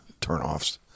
turnoffs